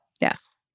Yes